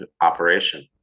operation